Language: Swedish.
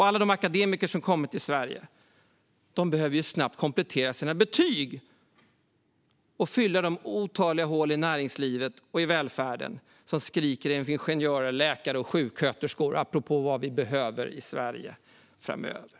Alla akademiker som kommit till Sverige behöver snabbt kunna komplettera sina betyg och fylla de otaliga hålen i näringslivet och i välfärden, som skriker efter ingenjörer, läkare och sjuksköterskor - apropå vad vi behöver i Sverige framöver.